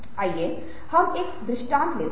आइए हम एक दृष्टांत लेते हैं